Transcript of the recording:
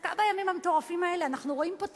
דווקא בימים המטורפים האלה אנחנו רואים פה את